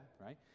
right